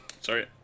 sorry